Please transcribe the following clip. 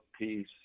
peace